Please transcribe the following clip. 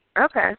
Okay